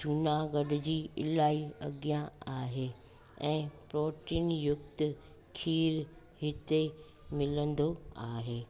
जूनागढ़ जी इलाही अॻियां आहे ऐं प्रोटीन युक्त खीरु हिते मिलंदो आहे